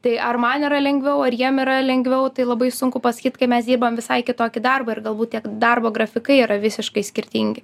tai ar man yra lengviau ar jiem yra lengviau tai labai sunku pasakyt kai mes dirbame visai kitokį darbą ir galbūt tiek darbo grafikai yra visiškai skirtingi